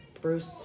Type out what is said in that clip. Bruce